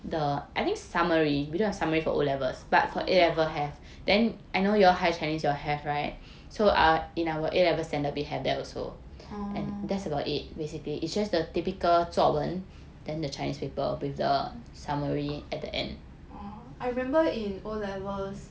oh !wow! oh I remember in O levels